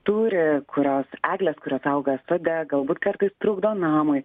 turi kurios egles kurios auga sode galbūt kartais trukdo namui